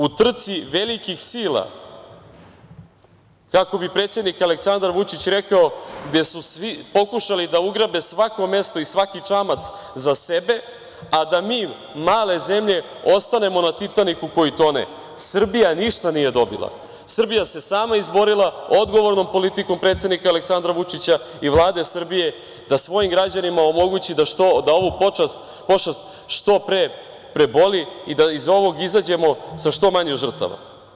U trci velikih sila, kako bi predsednik Aleksandar Vučić rekao, gde su svi pokušali da ugrabe svako mesto i svaki čamac za sebe, a da mi, male zemlje, ostanemo na Titaniku koji tone, Srbija ništa nije dobila, Srbija se sama izborila odgovornom politikom predsednika Aleksandra Vučića i Vlade Srbije da svojim građanima omogući da ovu pošast što pre proboli da iz ovog izađemo sa što manje žrtava.